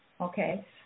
okay